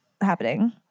happening